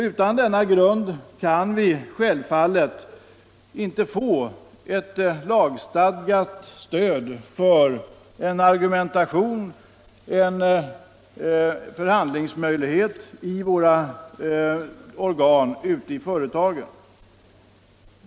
Utan denna grund kan vi självfallet inte få ett lagstadgat stöd för en argumentation och riktiga förhandlingsmöjligheter i våra organ ute i företagen.